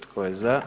Tko je za?